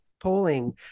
polling